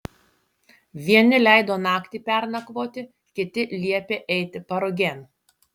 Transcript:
vieni leido naktį pernakvoti kiti liepė eiti parugėn